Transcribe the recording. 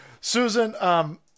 Susan